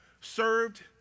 served